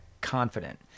confident